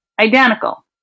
Identical